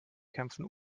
kämpfen